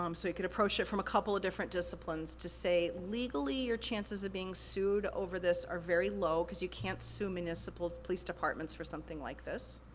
um could approach it from a couple of different disciplines to say, legally, your chances of being sued over this are very low, cause you can't sue municipal police departments for something like this.